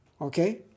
Okay